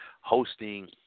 hosting